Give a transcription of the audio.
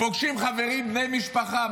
פוגשים חברים, בני משפחה.